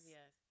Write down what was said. Yes